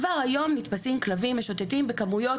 כבר היום נתפסים כלבים משוטטים בכמויות,